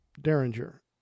derringer